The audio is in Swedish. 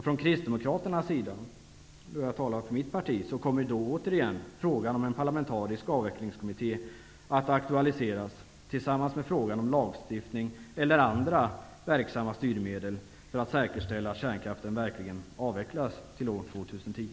Från Kristdemokraternas sida kommer då återigen frågan om en parlamentarisk avvecklingskommitte att aktualiseras tillsammans med frågan om lagstiftning eller andra verksamma styrmedel för att säkerställa att kärnkraften verkligen avvecklas till år 2010.